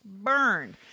burned